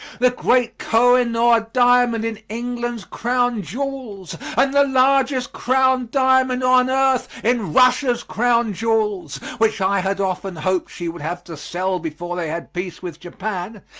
the great kohinoor diamond in england's crown jewels and the largest crown diamond on earth in russia's crown jewels, which i had often hoped she would have to sell before they had peace with japan,